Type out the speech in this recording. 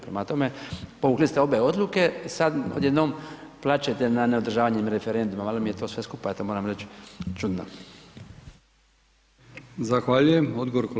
Prema tome, povukli ste obje odluke sada odjednom plačete nad neodržavanjem referenduma, malo mi je to sve skupa, ja to moram reći čudno.